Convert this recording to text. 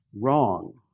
wrong